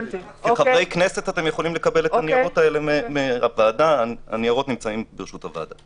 כחברי כנסת אתם יכולים לקבל את הניירות שנמצאים ברשות הוועדה.